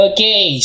Okay